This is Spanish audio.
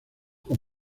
con